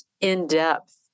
in-depth